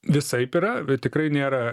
visaip yra tikrai nėra